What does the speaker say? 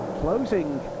closing